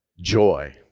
joy